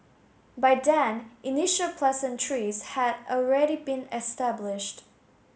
by then initial pleasantries had already been established